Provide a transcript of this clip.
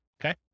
Okay